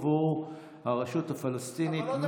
אומר השר שמה ששולם הם כספי המיסים שנגבו עבור הרשות הפלסטינית,